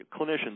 clinicians